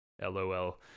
LOL